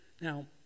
Now